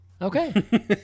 Okay